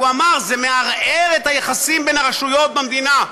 הוא אמר: זה מערער את היחסים בין הרשויות במדינה.